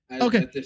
Okay